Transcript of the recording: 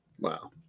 Wow